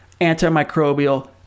antimicrobial